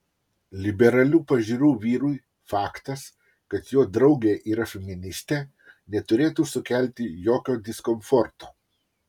liberalių pažiūrų vyrui faktas kad jo draugė yra feministė neturėtų sukelti jokio diskomforto